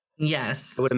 yes